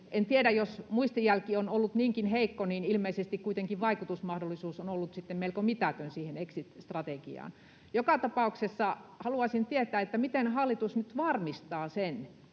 En tiedä, mutta jos muistijälki on ollut niinkin heikko, niin ilmeisesti kuitenkin vaikutusmahdollisuus siihen exit-strategiaan on ollut sitten melko mitätön. Joka tapauksessa haluaisin tietää: miten hallitus nyt varmistaa,